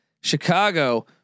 Chicago